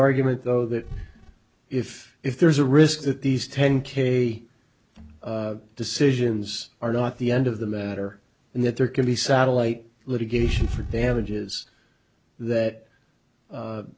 argument though that if if there's a risk that these ten k decisions are not the end of the matter and that there can be satellite litigation for damages that